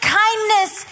kindness